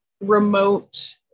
remote